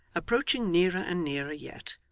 approaching nearer and nearer yet,